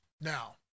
Now